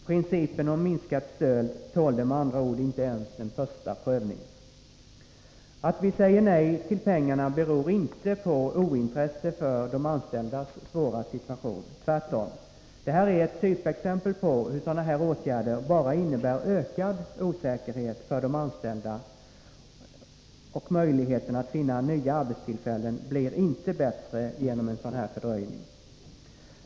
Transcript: Principen om minskat stöd tålde med andra ord inte ens en första prövning. Att vi säger nej till pengarna beror inte på ointresse för de anställdas svåra situation. Tvärtom. Det här är ett typexempel på hur sådana här åtgärder bara innebär ökad osäkerhet för de anställda, och möjligheten att finna nya arbetstillfällen blir inte bättre genom fördröjningen.